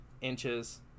inches